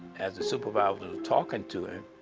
as the supervisor was talking to him,